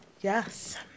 Yes